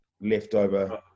leftover